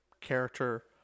character